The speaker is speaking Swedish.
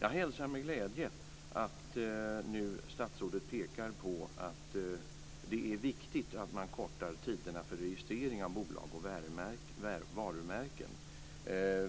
Jag hälsar med glädje att statsrådet nu pekar på att det är viktigt att man förkortar tiderna för registrering av bolag och varumärken.